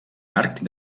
arc